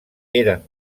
eren